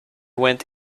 went